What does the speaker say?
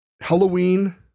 Halloween